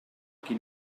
qui